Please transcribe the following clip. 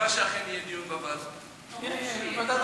להעביר את הנושא לוועדת העבודה,